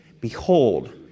behold